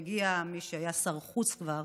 מגיע מי שהיה שר חוץ כבר